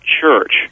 church